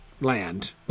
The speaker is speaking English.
land